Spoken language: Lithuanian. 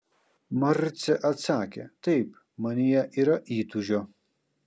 marcė atsakė taip manyje yra įtūžio